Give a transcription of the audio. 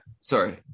Sorry